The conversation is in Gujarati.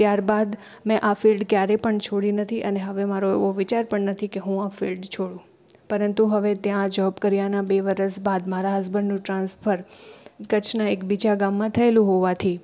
ત્યારબાદ મેં આ ફિલ્ડ ક્યારેય પણ છોડી નથી અને હવે મારો એવો વિચાર પણ નથી કે હું આ ફિલ્ડ છોડું પરંતુ હવે ત્યાં આ જૉબ કર્યાના બે વર્ષ બાદ મારા હસબન્ડનું ટ્રાન્સફર કચ્છનાં એક બીજા ગામમાં થયેલું હોવાથી